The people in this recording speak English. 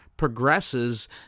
progresses